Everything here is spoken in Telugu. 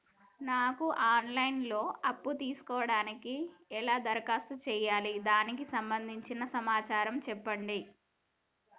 నాకు ఆన్ లైన్ లో అప్పు తీసుకోవడానికి ఎలా దరఖాస్తు చేసుకోవాలి దానికి సంబంధించిన సమాచారం చెప్పండి?